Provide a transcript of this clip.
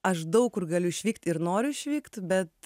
aš daug kur galiu išvykt ir noriu išvykt bet